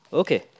okay